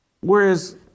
Whereas